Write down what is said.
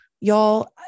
Y'all